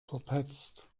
verpetzt